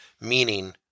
meaning